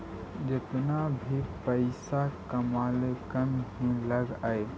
जेतना भी पइसा कमाले कम ही लग हई